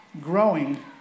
growing